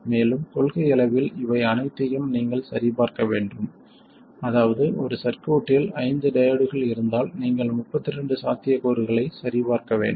மேலும் கொள்கையளவில் இவை அனைத்தையும் நீங்கள் சரிபார்க்க வேண்டும் அதாவது ஒரு சர்க்யூட்டில் 5 டையோட்கள் இருந்தால் நீங்கள் 32 சாத்தியக்கூறுகளை சரிபார்க்க வேண்டும்